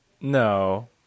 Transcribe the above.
No